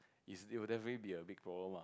it's it will definitely be a big problem ah